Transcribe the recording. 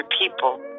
people